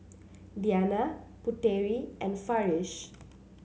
Diyana Putera and Farish